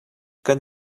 kan